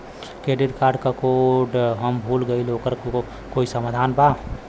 Credit card क code हम भूल गइली ओकर कोई समाधान बा?